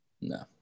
No